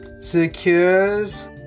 secures